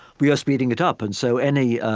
we are speeding it up, and so any, ah,